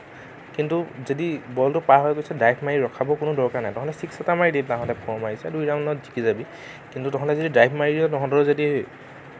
কিন্তু যদি বলটো পাৰ হৈ গৈছে ড্ৰাইভ মাৰি ৰখাবৰ কোনো দৰকাৰ নাই তহঁতে চিক্স এটা মাৰি দে দুই ৰাউণ্ডত জিকি যাবি কিন্তু তহঁতে যদি ড্ৰাইভ মাৰি দিয় তহঁতৰ যদি